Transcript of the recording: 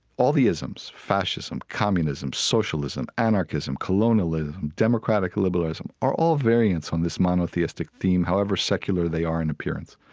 all the isms fascism, communism, socialism, anarchism, colonialism, democratic liberalism, are all variants on this monotheistic theme, however secular they are in appearance.